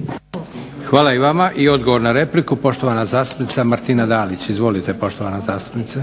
**Leko, Josip (SDP)** Hvala i vama. I odgovor na repliku, poštovana zastupnica Martina Dalić. Izvolite poštovana zastupnice.